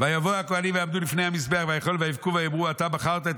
"ויבואו הכוהנים ויעמדו לפני המזבח ויבכו ויאמרו: אתה בחרת את